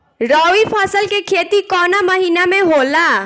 रवि फसल के खेती कवना महीना में होला?